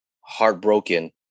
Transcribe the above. heartbroken